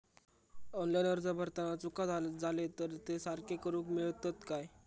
Online अर्ज भरताना चुका जाले तर ते सारके करुक मेळतत काय?